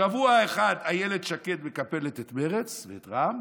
שבוע אחד אילת שקד מקפלת את מרצ ואת רע"ם